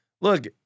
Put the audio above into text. Look